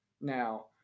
Now